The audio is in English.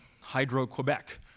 Hydro-Quebec